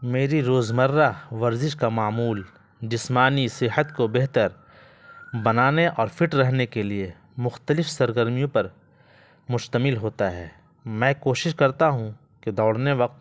میری روزمرہ ورزش کا معمول جسمانی صحت کو بہتر بنانے اور فٹ رہنے کے لیے مختلف سرگرمیوں پر مشتمل ہوتا ہے میں کوشش کرتا ہوں کہ دوڑنے وقت